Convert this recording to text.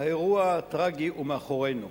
האירוע הטרגי כבר מאחורינו,